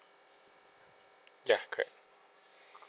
ya correct